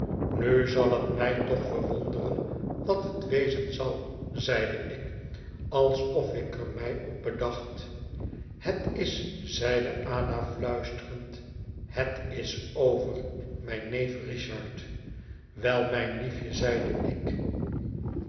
nu zal het mij toch verwonderen wat het wezen zal zeide ik alsof ik er mij op bedacht het is zeide ada luisterend het is over mijn neef richard wel mijn liefje zeide ik